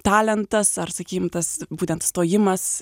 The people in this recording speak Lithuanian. talentas ar sakyim tas būtent stojimas